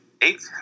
Eight